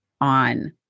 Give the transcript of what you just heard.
on